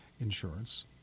insurance